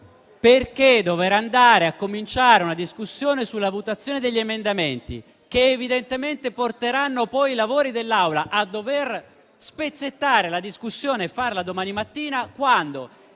perché dover andare a cominciare una discussione sulla votazione degli emendamenti, che evidentemente porteranno poi i lavori dell'Assemblea a dover spezzettare la discussione e a farla domani mattina, quando,